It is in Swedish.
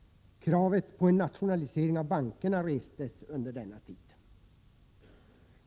Kravet på nationalisering av bankerna restes under denna tid.